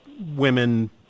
women